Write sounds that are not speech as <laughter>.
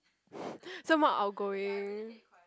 <laughs> someone outgoing